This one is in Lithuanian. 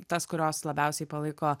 tas kurios labiausiai palaiko